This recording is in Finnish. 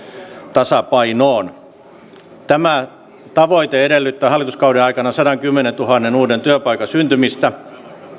tasapainoon tämä tavoite edellyttää hallituskauden aikana sadankymmenentuhannen uuden työpaikan syntymistä